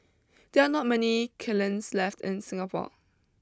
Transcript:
there are not many kilns left in Singapore